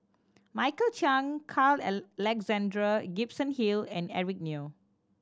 Michael Chiang Carl Alexander Gibson Hill and Eric Neo